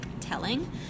telling